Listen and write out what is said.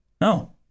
No